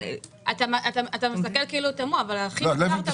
אתה מסתכל כאילו תמוה, אבל על אחים דיברת פה.